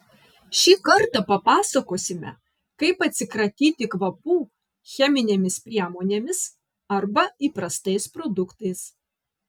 šį kartą papasakosime kaip atsikratyti kvapų cheminėmis priemonėmis arba įprastais produktais